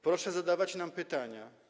Proszę zadawać nam pytania.